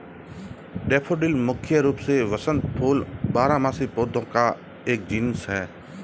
daffodil मुख्य रूप से वसंत फूल बारहमासी पौधों का एक जीनस है